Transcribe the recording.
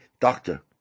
doctor